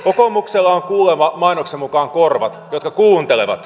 kokoomuksella on kuulemma mainoksen mukaan korvat jotka kuuntelevat